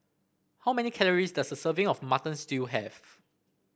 how many calories does a serving of Mutton Stew have